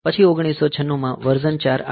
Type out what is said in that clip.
પછી 1996 માં વર્ઝન 4 આવ્યું